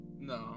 No